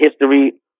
history